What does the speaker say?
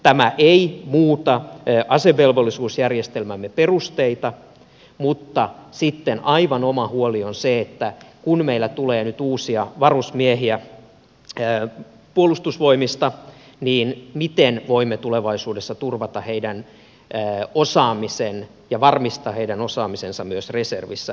tämä ei muuta asevelvollisuusjärjestelmämme perusteita mutta sitten aivan oma huoli on se että kun meillä tulee nyt uusia varusmiehiä puolustusvoimista niin miten voimme tulevaisuudessa turvata heidän osaamisensa ja varmistaa heidän osaamisensa myös reservissä